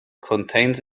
contains